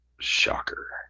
Shocker